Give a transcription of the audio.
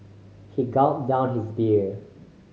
he gulped down his beer